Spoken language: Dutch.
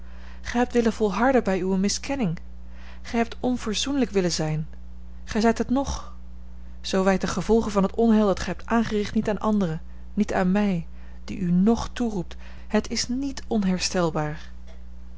gij hebt willen volharden bij uwe miskenning gij hebt onverzoenlijk willen zijn gij zijt het ng zoo wijt de gevolgen van het onheil dat gij hebt aangericht niet aan anderen niet aan mij die u ng toeroept het is niet onherstelbaar